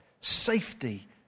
safety